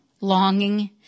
longing